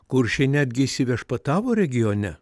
kuršiai netgi įsiviešpatavo regione